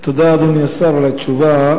תודה, אדוני השר, על התשובה.